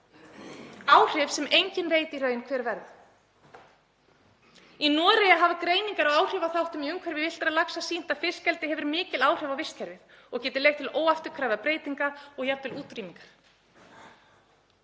áhrif sem enginn veit í raun hver verða. Í Noregi hafa greiningar á áhrifaþáttum í umhverfi villtra laxa sýnt að fiskeldi hefur mikil áhrif á vistkerfið og getur leitt til óafturkræfrar breytingar og jafnvel útrýmingar.